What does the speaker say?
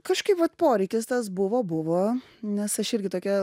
kažkaip vat poreikis tas buvo buvo nes aš irgi tokia